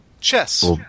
Chess